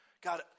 God